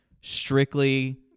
strictly